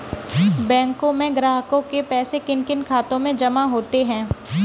बैंकों में ग्राहकों के पैसे किन किन खातों में जमा होते हैं?